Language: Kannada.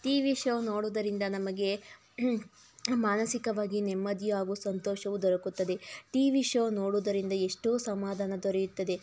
ಟಿವಿ ಶೋ ನೋಡೋದರಿಂದ ನಮಗೆ ಮಾನಸಿಕವಾಗಿ ನೆಮ್ಮದಿಯು ಹಾಗೂ ಸಂತೋಷವು ದೊರಕುತ್ತದೆ ಟಿವಿ ಶೋ ನೋಡೋದರಿಂದ ಎಷ್ಟೋ ಸಮಾಧಾನ ದೊರೆಯುತ್ತದೆ